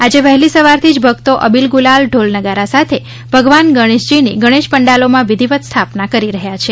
આજે વહેલી સવારથી ભક્તો અબીલ ગુલાલ ઢોલ નગારા સાથે ભગવાન ગણેશજીની ગણેશ પંડાલોમાં વિધિવત સ્થાપના કરાવી રહ્યા છે